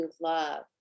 love